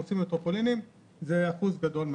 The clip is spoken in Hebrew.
נתחיל לקרוא.